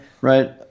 right